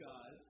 God